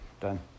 Done